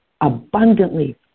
abundantly